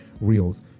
Reels